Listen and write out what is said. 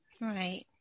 right